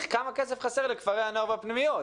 כמה כסף חסר לכפרי הנוער והפנימיות,